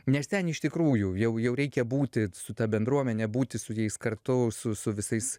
nes ten iš tikrųjų jau jau reikia būti su ta bendruomene būti su jais kartu su su visais